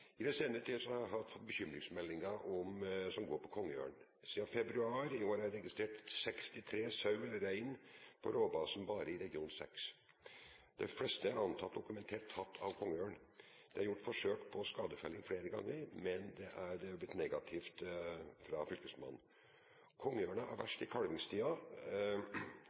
I den senere tid har jeg fått bekymringsmeldinger som går på kongeørn. Siden februar i år er det registrert 63 sau og rein i Rovbasen bare i region 6. De fleste er antatt dokumentert tatt av kongeørn. Det er gjort forsøk på skadefelling flere ganger, men det har vært negativt svar fra fylkesmannen. Kongeørnen er verst i